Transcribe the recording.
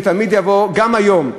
ותמיד יבוא גם היום,